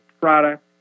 product